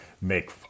make